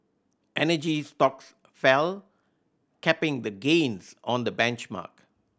energy stocks fell capping the gains on the benchmark